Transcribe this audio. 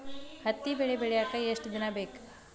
ಹತ್ತಿ ಬೆಳಿ ಬೆಳಿಯಾಕ್ ಎಷ್ಟ ದಿನ ಬೇಕ್?